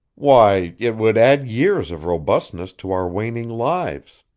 why, it would add years of robustness to our waning lives.